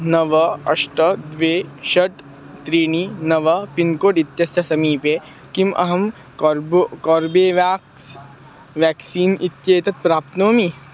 नव अष्ट द्वे षट् त्रीणि नव पिन्कोड् इत्यस्य समीपे किम् अहं कोर्बो कोर्बेवाक्स् व्याक्सीन् इत्येतत् प्राप्नोमि